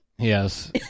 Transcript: Yes